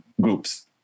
groups